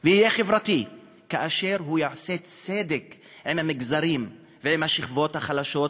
ויהיה חברתי כאשר הוא יעשה צדק עם המגזרים ועם השכבות החלשות,